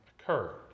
occurred